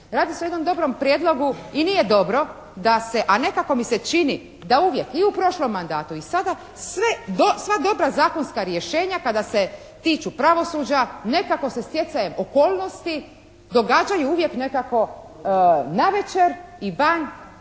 Radi se o jednom dobrom prijedlogu i nije dobro da se, a nekako mi se čini da uvijek i u prošlom mandatu i sada, sva dobra zakonska rješenja kada se tiču pravosuđa nekako se stjecajem okolnosti događaju uvijek nekako navečer i van